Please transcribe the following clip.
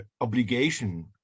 obligation